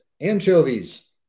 anchovies